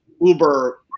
Uber